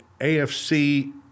AFC